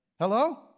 Hello